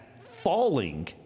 falling